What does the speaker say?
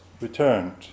returned